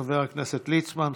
חבר הכנסת ליצמן.